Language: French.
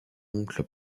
oncle